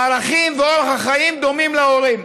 הערכים ואורח החיים דומים לשל ההורים,